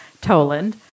Toland